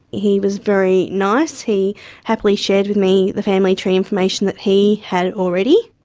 he was very nice, he happily shared with me the family tree information that he had already.